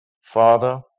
Father